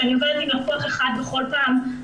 שאני עובדת עם לקוח אחד בכל פעם,